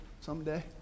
someday